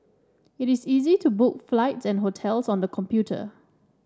it is easy to book flights and hotels on the computer